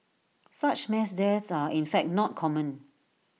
such mass deaths are in fact not common